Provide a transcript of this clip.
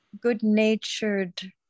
good-natured